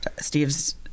Steve's